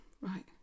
right